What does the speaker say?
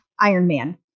Ironman